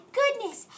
goodness